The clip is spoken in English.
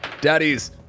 Daddies